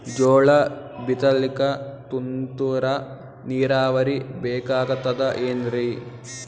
ಜೋಳ ಬಿತಲಿಕ ತುಂತುರ ನೀರಾವರಿ ಬೇಕಾಗತದ ಏನ್ರೀ?